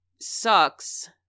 sucks